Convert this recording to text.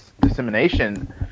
dissemination